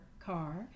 car